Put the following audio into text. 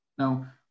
Now